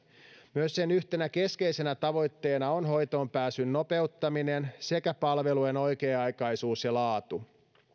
myös sen yhtenä keskeisenä tavoitteena on hoitoonpääsyn nopeuttaminen sekä palvelujen oikea aikaisuus ja laatu